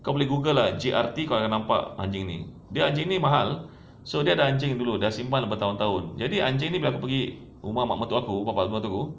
kau boleh google lah J_R_T kau akan nampak anjing ni dia anjing ni mahal so dia ada anjing dulu dah simpan berapa tahun jadi anjing ni bila aku pergi rumah mak mertua aku bapak mertua aku